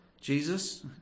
Jesus